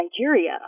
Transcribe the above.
Nigeria